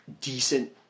decent